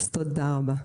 אז תודה רבה.